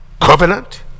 covenant